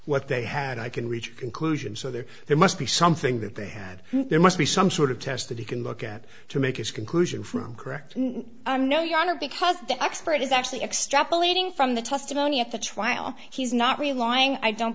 what they had i can reach conclusion so there there must be something that they had there must be some sort of test that he can look at to make his conclusion from correct no yana because the expert is actually extrapolating from the testimony at the trial he's not relying i don't